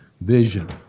vision